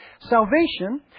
Salvation